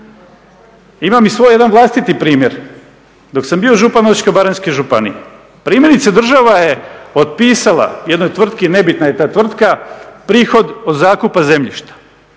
Imam i svoj jedan vlastiti primjer. Dok sam bio župan Osječko-baranjske županije, primjerice država je otpisala jednoj tvrtki, nebitna je ta tvrtka, prihod od zakupa zemljišta